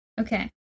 Okay